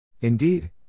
Indeed